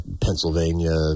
Pennsylvania